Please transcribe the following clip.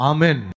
Amen